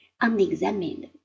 unexamined